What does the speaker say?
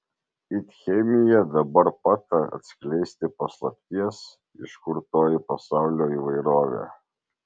it chemija dabar pat atskleisti paslapties iš kur toji pasaulio įvairovė